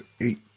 eight